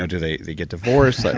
ah do they they get divorced? like